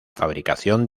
fabricación